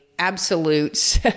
Absolutes